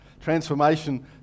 transformation